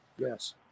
Yes